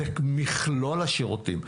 זה מכלול השירותים.